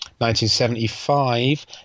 1975